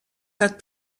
had